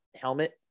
helmet